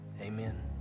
Amen